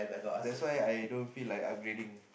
that's why I don't feel like upgrading